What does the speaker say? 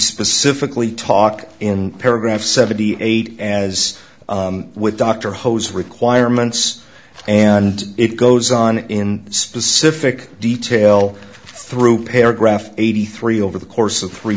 specifically talk in paragraph seventy eight as with dr hose requirements and it goes on in specific detail through paragraph eighty three over the course of th